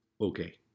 Okay